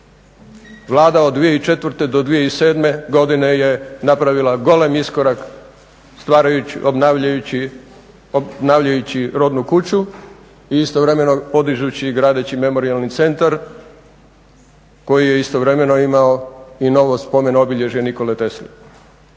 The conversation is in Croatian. Vlada od 2004. do 2007. godine je napravila golem iskorak stvarajući, obnavljajući rodnu kuću i istovremeno podižući i gradeći memorijalni centar koji je istovremeno imao i novo spomen-obilježje Nikole Tesle.